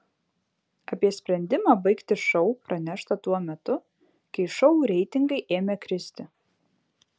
apie sprendimą baigti šou pranešta tuo metu kai šou reitingai ėmė kristi